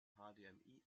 hdmi